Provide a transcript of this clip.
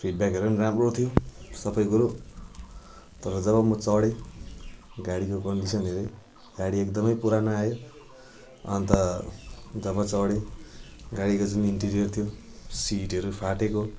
फिडब्याकहरू पनि राम्रो थियो सबै कुरो तर जब म चढेँ गाडीको कन्डिसन हेरेँ गाडी एकदमै पुरानो आयो अन्त जब म चढेँ गाडीको जुन इन्टिरियर थियो सिटहरू फाटेको